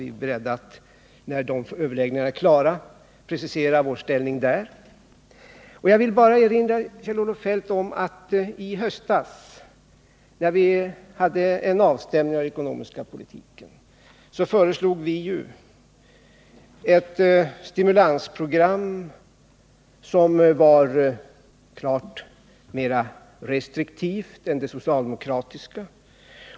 Vi är beredda att när dessa är klara precisera vår inställning i det avseendet. Jag vill bara erinra Kjell-Olof Feldt om att vi, när man i höstas gjorde en avstämning av den ekonomiska politiken, föreslog ett stimulansprogram, som var klart mera restriktivt än det socialdemokratiska.